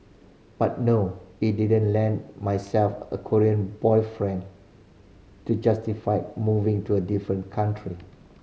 but no it didn't land myself a Korean boyfriend to justify moving to a different country